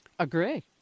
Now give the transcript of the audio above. Agree